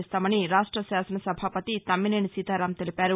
చేస్తామని రాష్ట శాసన సభాపతి తమ్మినేని సీతారామ్ తెలిపారు